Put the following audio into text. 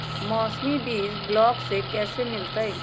मौसमी बीज ब्लॉक से कैसे मिलताई?